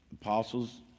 Apostles